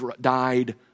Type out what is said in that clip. died